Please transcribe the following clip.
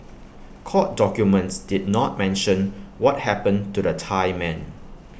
court documents did not mention what happened to the Thai men